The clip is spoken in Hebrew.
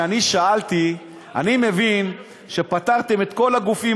כשאני שאלתי: אני מבין שפטרתם את כל הגופים